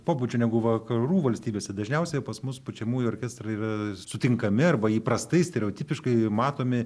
pobūdžio negu vakarų valstybėse dažniausiai pas mus pučiamųjų orkestrai yra sutinkami arba įprastai stereotipiškai matomi